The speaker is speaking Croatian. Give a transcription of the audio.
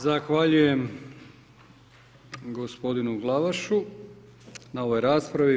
Zahvaljujem gospodinu Glavašu na ovoj raspravi.